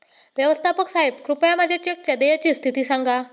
व्यवस्थापक साहेब कृपया माझ्या चेकच्या देयची स्थिती सांगा